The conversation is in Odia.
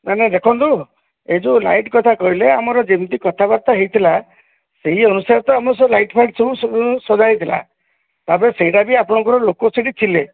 ନାଁ ନାଁ ଦେଖନ୍ତୁ ଏ ଯୋଉ ଲାଇଟ୍ କଥା କହିଲେ ଆମର ଯେମିତି କଥାବାର୍ତ୍ତା ହୋଇଥିଲା ସେଇ ଅନୁସାରେ ତ ସବୁ ଲାଇଟ୍ ଫାଇଟ୍ ସବୁ ସଜା ହୋଇଥିଲା ତାପରେ ସେଇଟା ବି ଆପଣଙ୍କର ଲୋକ ସେଠି ଥିଲେ